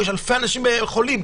יש אלפי אנשים חולים.